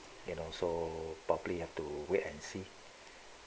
you know so properly you have to wait and see